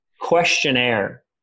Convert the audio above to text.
questionnaire